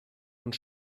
und